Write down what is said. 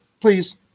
please